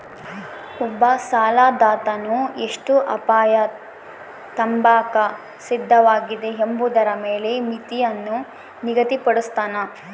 ಒಬ್ಬ ಸಾಲದಾತನು ಎಷ್ಟು ಅಪಾಯ ತಾಂಬಾಕ ಸಿದ್ಧವಾಗಿದೆ ಎಂಬುದರ ಮೇಲೆ ಮಿತಿಯನ್ನು ನಿಗದಿಪಡುಸ್ತನ